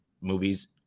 movies